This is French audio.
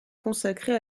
consacrée